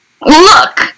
Look